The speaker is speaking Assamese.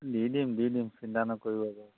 দি দিম দি দিম চিন্তা নকৰি বাৰু